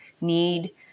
need